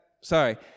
sorry